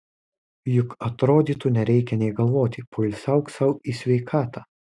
juk atrodytų nereikia nė galvoti poilsiauk sau į sveikatą